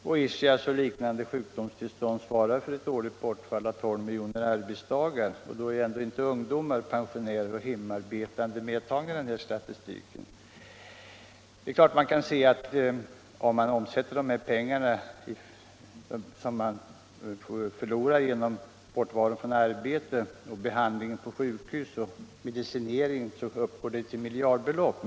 Ischias och liknande sjukdomstillstånd svarar för ett årligt bortfall av 12 miljoner arbetsdagar — och då är ändå inte ungdomar, pensionärer och hemarbetande medtagna i statistiken. De pengar som förloras genom bortovaro från arbete och genom behandling på sjukhus uppgår till miljardbelopp.